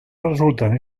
resultant